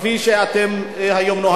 כפי שאתם היום נוהגים.